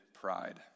pride